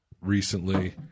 recently